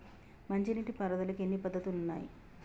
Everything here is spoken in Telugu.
మంచి నీటి పారుదలకి ఎన్ని పద్దతులు ఉన్నాయి?